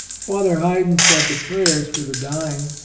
father heyden said the prayers for the dying,